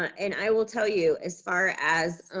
and i will tell you, as far as,